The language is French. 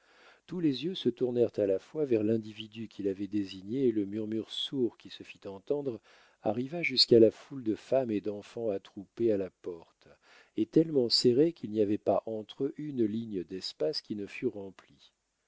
tous les yeux se tournèrent à la fois vers l'individu qu'il avait désigné et le murmure sourd qui se fit entendre arriva jusqu'à la foule de femmes et d'enfants attroupés à la porte et tellement serrés qu'il n'y avait pas entre eux une ligne d'espace qui ne fût remplie